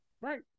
Right